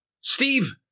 Steve